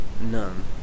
None